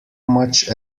much